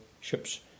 ships